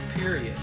period